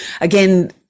again